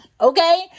Okay